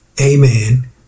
amen